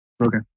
Okay